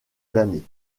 l’année